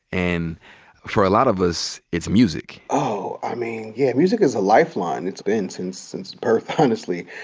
and for a lot of us, it's music. oh, i mean, yeah, music is a lifeline. it's been since since birth honestly.